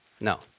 No